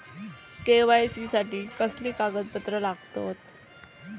KYC साठी कसली कागदपत्र लागतत?